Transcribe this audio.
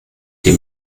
die